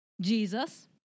Jesus